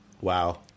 Wow